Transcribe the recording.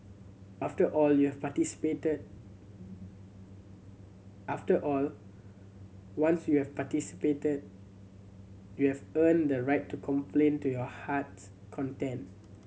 after all you have participated after all once you have participated you have earned the right to complain to your heart's content